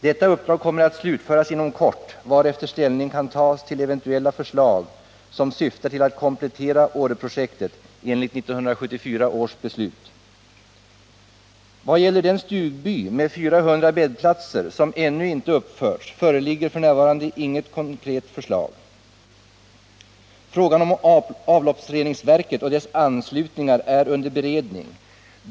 Detta uppdrag kommer att slutföras inom kort, varefter ställning kan tas till eventuella förslag som syftar till att komplettera Åreprojektet enligt 1974 års beslut. Vad gäller den stugby med 400 bäddplatser som ännu inte uppförts föreligger f. n. inget konkret förslag. Frågan om avloppsreningsverket och dess anslutningar är under beredning.